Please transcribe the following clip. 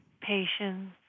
patience